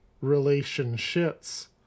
relationships